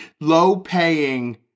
Low-paying